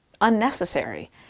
unnecessary